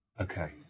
Okay